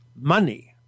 money